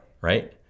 right